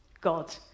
God